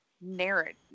narrative